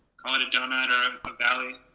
but a donut or a valley,